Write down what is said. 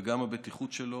וגם הבטיחות שלו